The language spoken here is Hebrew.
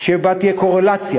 שבה תהיה קורלציה,